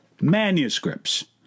manuscripts